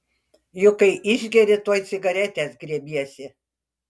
juk kai išgeri tuoj cigaretės griebiesi